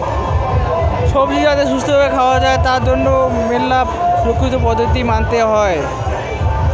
সবজি যাতে ছুস্থ্য ভাবে খাওয়াং যাই তার তন্ন মেলা সুরক্ষার পদ্ধতি মানতে হসে